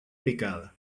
picada